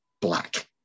black